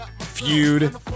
feud